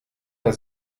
herr